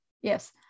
yes